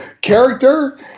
character